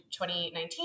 2019